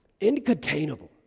incontainable